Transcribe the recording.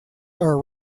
are